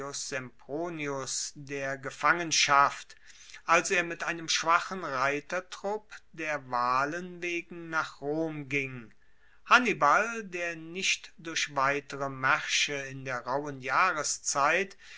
sempronius der gefangenschaft als er mit einem schwachen reitertrupp der wahlen wegen nach rom ging hannibal der nicht durch weitere maersche in der rauben jahreszeit